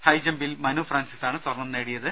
ഹൈജമ്പിൽ മനു ഫ്രാൻസിസാണ് സ്വർണം നേടിയത്